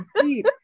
deep